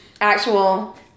actual